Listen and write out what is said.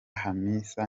hamisa